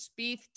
Spieth